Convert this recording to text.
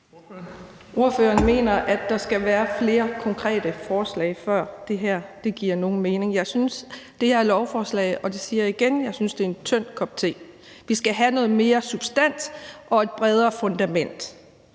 Ordføreren mener, at der skal være flere konkrete forslag, før det her giver nogen mening. Jeg synes, det her forslag – og det siger jeg igen – er en tynd kop te. Det skal have noget mere substans og et bredere fundament.